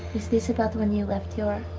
is this about when you left your